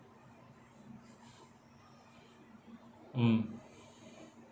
mm